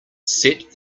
set